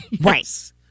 Right